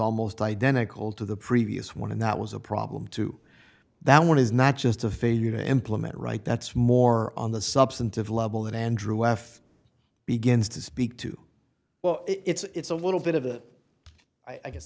almost identical to the previous one and that was a problem too that one is not just a failure to implement right that's more on the substantive level that andrew f begins to speak to well it's a little bit of a i guess